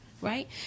Right